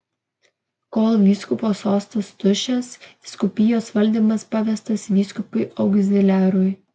kol vyskupo sostas tuščias vyskupijos valdymas pavestas vyskupui augziliarui